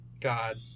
God